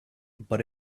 but